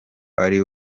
ari